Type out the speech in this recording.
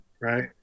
right